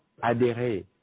adhérer